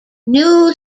new